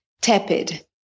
tepid